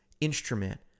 instrument